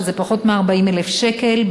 שזה פחות מ-40,000 שקל,